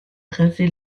raser